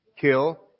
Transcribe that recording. kill